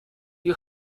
you